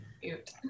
Cute